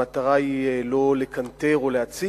המטרה היא לא לקנטר או להציק,